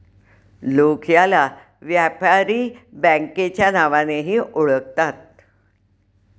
लोक याला व्यापारी बँकेच्या नावानेही ओळखतात